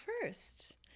first